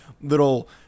little